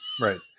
Right